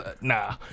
nah